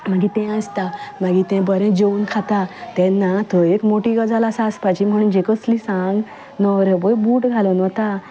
मागीर तें आसता मागीर तें बरें जेवन खाता तेन्ना थंय एक मोट्टी गजाल आसा हांसपाची म्हणजे कितें कसली सांग न्हवरो पळय बूट घालून वता